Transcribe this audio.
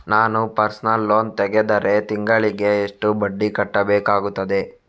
ನಾನು personal loan ತೆಗೆದರೆ ತಿಂಗಳಿಗೆ ಎಷ್ಟು ಬಡ್ಡಿ ಕಟ್ಟಬೇಕಾಗುತ್ತದೆ?